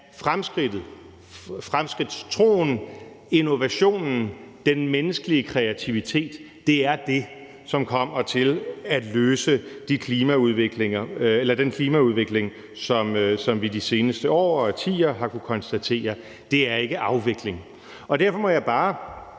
er intakt: Fremskridtstroen, innovationen, den menneskelige kreativitet er det, som kommer til at løse problemet med den klimaudvikling, som vi har kunnet konstatere de seneste årtier. Det er ikke afvikling. Derfor må jeg bare